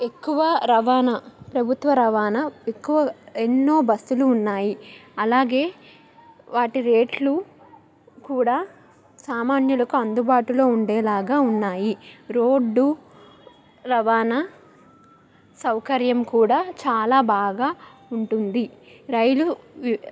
ఎక్కువ రవాణా ప్రభుత్వ రవాణా ఎక్కువ ఎన్నో బస్సులు ఉన్నాయి అలాగే వాటి రేట్లు కూడా సామాన్యులకు అందుబాటులో ఉండేలాగా ఉన్నాయి రోడ్డు రవాణా సౌకర్యం కూడా చాలా బాగా ఉంటుంది రైలువి